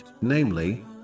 namely